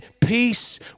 peace